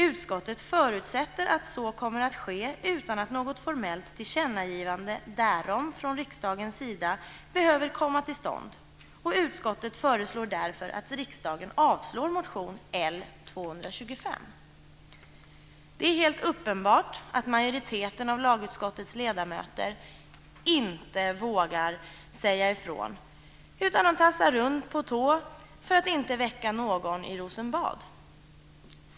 Utskottet förutsätter att så kommer att ske utan att något formellt tillkännagivande därom från riksdagens sida behöver komma till stånd, och utskottet föreslår därför att riksdagen avslår motion L225." Det är helt uppenbart att majoriteten av lagutskottets ledamöter inte vågar säga ifrån, utan de tassar runt på tå för att inte väcka någon i Rosenbad.